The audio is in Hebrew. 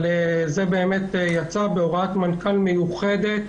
זה יצא בהוראת מנכ"ל מיוחדת.